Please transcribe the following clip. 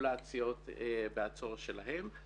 רגולציות והצורך שלהם.